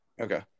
Okay